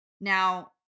Now